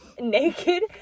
naked